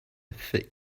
thick